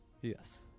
Yes